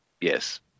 Yes